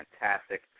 fantastic